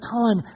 time